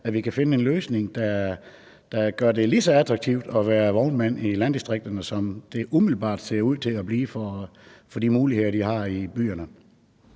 at vi kan finde en løsning, der gør det lige så attraktivt at være vognmand i landdistrikterne, som det umiddelbart ser ud til at blive for dem i byerne